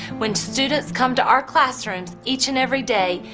when students come to our classrooms, each and every day.